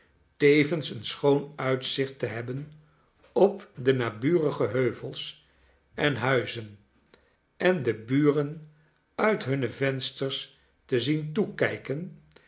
tevens een schoon uitzicht te hebben op de naburige heuvels en huizen en de buren uit hunne vensters te zien toekijken